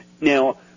Now